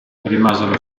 rimasero